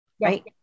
Right